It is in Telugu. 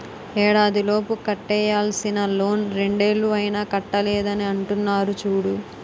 ఏడాదిలోపు కట్టేయాల్సిన లోన్ రెండేళ్ళు అయినా కట్టలేదని అంటున్నారు చూడు